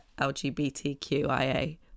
LGBTQIA